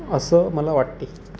असं मला वाटते